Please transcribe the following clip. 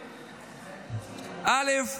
א.